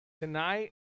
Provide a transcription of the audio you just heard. Tonight